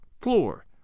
floor